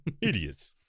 Idiots